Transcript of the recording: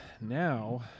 now